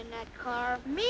in that car me